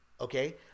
Okay